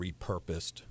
repurposed